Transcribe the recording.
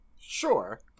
sure